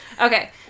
Okay